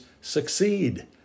succeed